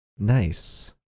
nice